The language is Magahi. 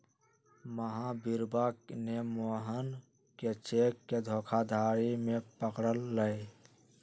महावीरवा ने मोहन के चेक के धोखाधड़ी में पकड़ लय